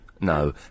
No